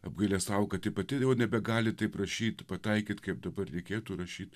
apgailestavo kad ji pati jau nebegali taip rašyti pataikyt kaip dabar reikėtų rašyt